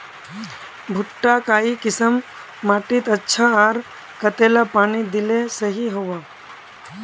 भुट्टा काई किसम माटित अच्छा, आर कतेला पानी दिले सही होवा?